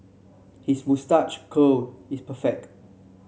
his moustache curl is perfect